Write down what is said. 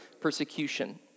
persecution